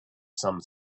some